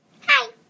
hi